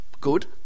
good